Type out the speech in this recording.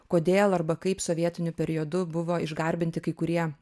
kodėl arba kaip sovietiniu periodu buvo išgarbinti kai kurie